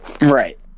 right